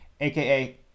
aka